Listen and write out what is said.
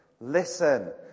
Listen